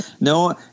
No